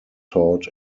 taught